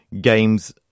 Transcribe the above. games